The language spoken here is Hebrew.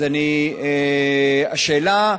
השאלה היא,